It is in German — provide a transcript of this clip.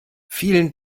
vielen